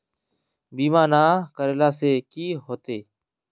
बीमा ना करेला से की होते?